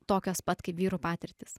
tokios pat kaip vyrų patirtys